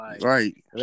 Right